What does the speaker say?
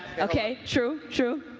okay, true, true.